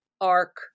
arc